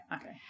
okay